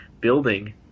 building